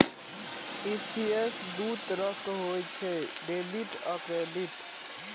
ECS दू तरहक होइ छै, डेबिट आ क्रेडिट